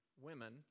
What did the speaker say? women